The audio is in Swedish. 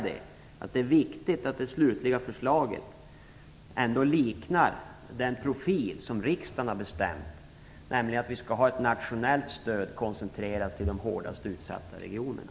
Det är viktigt att det slutliga förslaget liknar den profil som riksdagen har bestämt, nämligen att vi skall ha ett nationellt stöd koncentrerat till de hårdast utsatta regionerna.